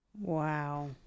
Wow